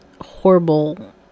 horrible